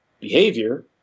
behavior